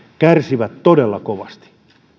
kärsivät todella kovasti